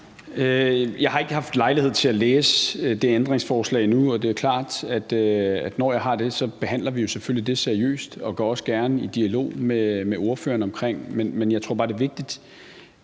Jeg har ikke haft lejlighed til at læse det ændringsforslag endnu, og det er klart, at når jeg har det, så behandler vi det jo selvfølgelig seriøst og går også gerne i dialog med spørgeren omkring det. Men jeg tror bare, det er vigtigt